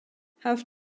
have